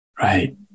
Right